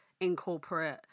incorporate